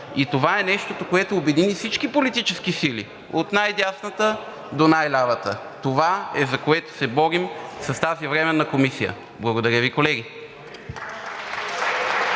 и това е нещото, което обедини всички политически сили – от най-дясната до най-лявата. Това е, за което се борим с тази временна комисия. Благодаря Ви, колеги.